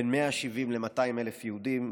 בין 170,000 ל-200,000 יהודים,